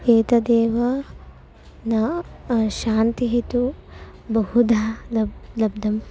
एतदेव न शान्तिः तु बहुधा लब् लब्धम्